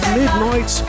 midnight